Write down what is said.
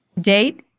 Date